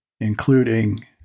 including